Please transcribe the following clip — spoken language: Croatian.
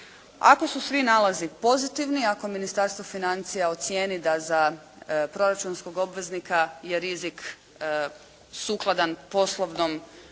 Ako su svi nalazi pozitivni, ako Ministarstvo financija ocijeni da za proračunskog obveznika je rizik sukladan poslovnom